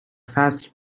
فصل